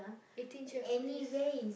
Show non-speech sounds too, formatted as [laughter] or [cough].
Eighteen-Chef please [noise]